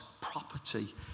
property